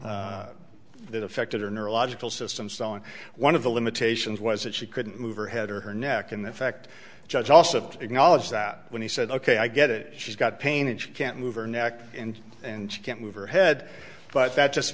that affected her neurological system so on one of the limitations was that she couldn't move her head or her neck and in fact judge also acknowledged that when he said ok i get it she's got pain and she can't move her neck and and she can't move her head but that just